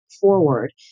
forward